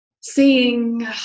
seeing